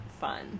fun